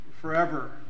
forever